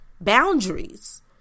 boundaries